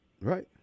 Right